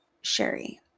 Sherry